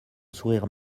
sourire